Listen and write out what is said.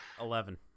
Eleven